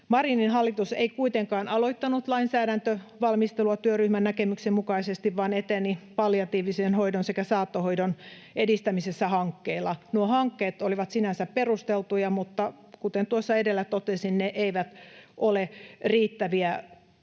Marinin hallitus ei kuitenkaan aloittanut lainsäädäntövalmistelua työryhmän näkemyksen mukaisesti vaan eteni palliatiivisen hoidon sekä saattohoidon edistämisessä hankkeilla. Nuo hankkeet olivat sinänsä perusteltuja, mutta kuten tuossa edellä totesin, ne eivät ole riittäviä